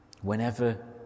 Whenever